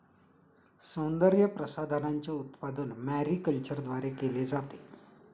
सौंदर्यप्रसाधनांचे उत्पादन मॅरीकल्चरद्वारे केले जाते